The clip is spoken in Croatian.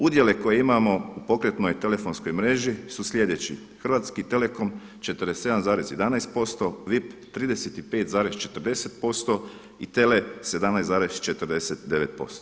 Udjele koje imamo u pokretnoj telefonskoj mreži su sljedeći: Hrvatski telekom 47,11%, VIP 35,40% i TELE 17,49%